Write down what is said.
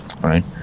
right